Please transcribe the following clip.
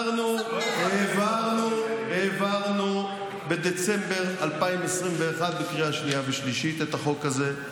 בדצמבר 2021 העברנו בקריאה שנייה ושלישית את החוק הזה,